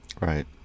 Right